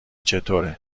چطوره